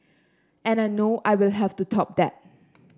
and I know I will have to top that